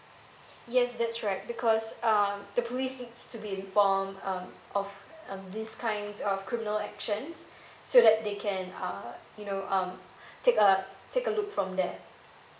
yes that's right because uh the police needs to be informed um of um these kinds of criminal actions so that they can err you know um take a take a look from there